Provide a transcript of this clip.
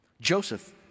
Joseph